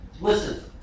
Listen